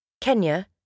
Kenya